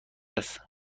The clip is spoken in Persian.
است